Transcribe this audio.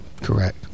Correct